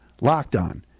LOCKEDON